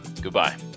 Goodbye